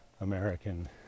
American